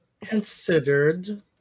considered